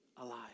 alive